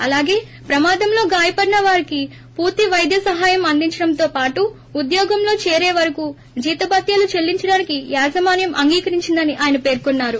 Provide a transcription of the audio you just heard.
అలాగే ప్రమాదంలో గాయపడిన వారికి పూర్తి వైద్య సహాయం అందించడంతో పాటు ఉద్యోగంలో చేరే వరకూ జీతబత్యాలు చెల్లించడానికి యాజమాన్యం అంగీకరించిందని ఆయన పేర్కొన్నారు